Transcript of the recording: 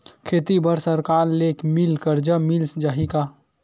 खेती बर सरकार ले मिल कर्जा मिल जाहि का?